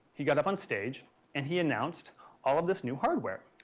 he got up on stage and he announced all of this new hardware.